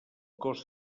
cos